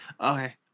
Okay